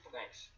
Thanks